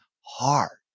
hard